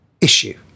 issue